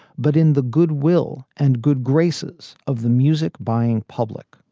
but in the goodwill and good graces of the music buying public.